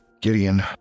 Gideon